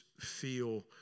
feel